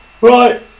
Right